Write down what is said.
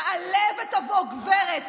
תעלה ותבוא גברת,